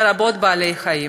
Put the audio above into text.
לרבות בעלי-חיים.